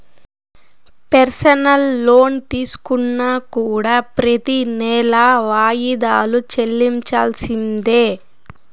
personal loan తీసుకున్నా కూడా ప్రెతి నెలా వాయిదాలు చెల్లించాల్సిందే